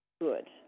Good